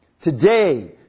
Today